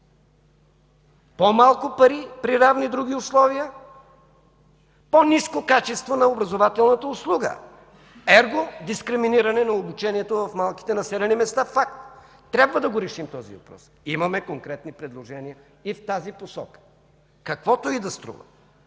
По-малко пари при равни други условия, по ниско качество на образователната услуга, ерго дискриминиране на обучението в малките населени места. Факт! Трябва да решим този въпрос. Имаме конкретни предложения и в тази посока. Каквото и да струва,